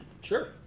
sure